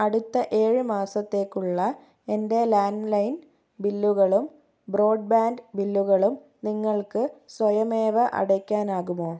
അടുത്ത ഏഴ് മാസത്തേക്കുള്ള എൻ്റെ ലാൻഡ് ലൈൻ ബില്ലുകളും ബ്രോഡ്ബാൻഡ് ബില്ലുകളും നിങ്ങൾക്ക് സ്വയമേവ അടയ്ക്കാനാകുമോ